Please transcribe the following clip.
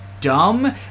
dumb